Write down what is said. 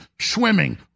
swimming